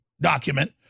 document